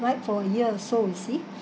right for a year so you see